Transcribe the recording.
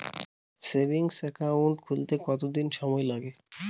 Savings account খুলতে কতদিন সময় লাগে?